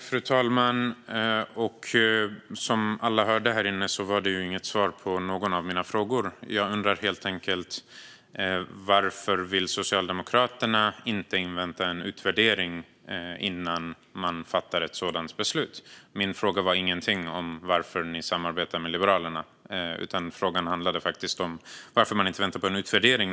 Fru talman! Som alla hörde gavs inget svar på någon av mina frågor. Jag undrar helt enkelt: Varför vill Socialdemokraterna inte invänta en utvärdering innan man fattar ett beslut? Min fråga handlade inte om varför man samarbetar med Liberalerna, utan frågan handlade om varför man inte väntar på en utvärdering.